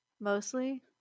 mostly